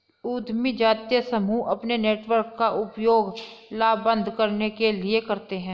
उद्यमी जातीय समूह अपने नेटवर्क का उपयोग लामबंद करने के लिए करते हैं